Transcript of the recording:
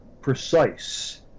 precise